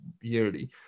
yearly